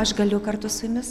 aš galiu kartu su jumis